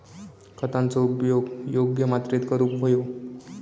खतांचो उपयोग योग्य मात्रेत करूक व्हयो